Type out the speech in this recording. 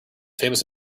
famous